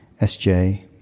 SJ